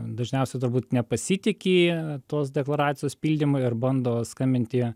dažniausiai turbūt nepasitiki tos deklaracijos pildymu ir bando skambinti